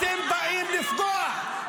אתם באים לפגוע.